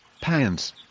pants